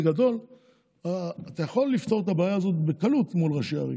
בגדול אתה יכול לפתור את הבעיה הזאת בקלות מול ראשי הערים.